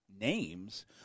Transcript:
names